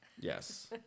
Yes